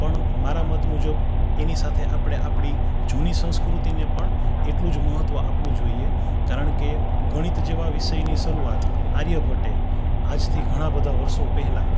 પણ મારા મત મુજબ એની સાથે આપણે આપણી જૂની સંસ્કૃતિને પણ એટલું જ મહત્વ આપવું જોઈએ કારણ કે ગણિત જેવા વિષયની શરૂઆત આર્યભટ્ટે આજથી ઘણાંબધાં વર્ષો પહેલાં